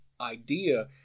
idea